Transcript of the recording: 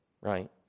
right